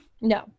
No